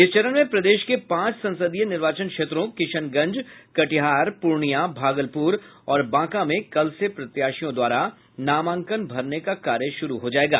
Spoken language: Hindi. इस चरण में प्रदेश के पांच संसदीय निर्वाचन क्षेत्रों किशनगंज कटिहार पूर्णिया भागलपर और बांका में कल से प्रत्याशियों द्वारा नामांकन भरने का कार्य शुरू हो जायेगा